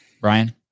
Brian